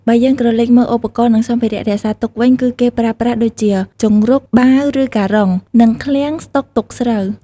បើយើងក្រឡេកមើលឧបករណ៍និងសម្ភារៈរក្សាទុកវិញ គឺគេប្រើប្រាស់ដូចជា ជង្រុក បាវ ឬការុង និងឃ្លាំងស្តុកទុកស្រូវ ។